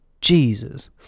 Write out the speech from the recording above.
Jesus